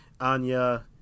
Anya